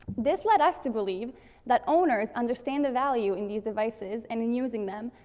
this led us to believe that owners understand the value in these devices and in using them,